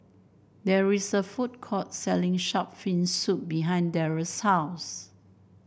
there is a food court selling shark's fin soup behind Darell's house